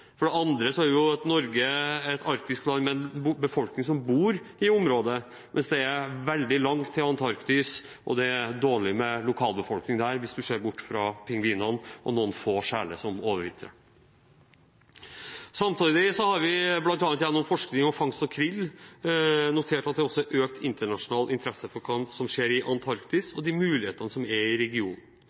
For det andre er Norge et arktisk land med en befolkning som bor i området, mens det er veldig langt til Antarktis, og det er dårlig med lokalbefolkning der – hvis man ser bort fra pingvinene og noen få sjeler som overvintrer. Samtidig har vi bl.a. gjennom forskning og fangst av krill notert at det også er økt internasjonal interesse for det som skjer i Antarktis, og de mulighetene som er i den regionen.